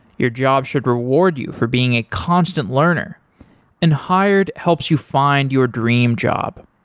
your job should reward you for being a constant learner and hired helps you find your dream job.